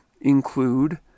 include